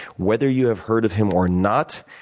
whether you have heard of him or not,